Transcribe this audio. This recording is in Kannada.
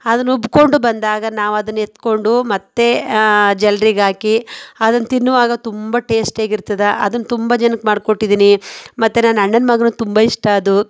ಅದನ್ನ ಉಬ್ಬಿಕೊಂಡು ಬಂದಾಗ ನಾವದನ್ನು ಎತ್ತಿಕೊಂಡು ಮತ್ತು ಜಾಲ್ರಿಗೆ ಹಾಕಿ ಅದನ್ನ ತಿನ್ನುವಾಗ ತುಂಬ ಟೇಸ್ಟಿಯಾಗಿರ್ತದೆ ಅದನ್ನ ತುಂಬ ಜನಕ್ಕೆ ಮಾಡಿಕೊಟ್ಟಿದ್ದೀನಿ ಮತ್ತು ನನ್ನ ಅಣ್ಣನ ಮಗನಿಗೂ ತುಂಬ ಇಷ್ಟ ಅದು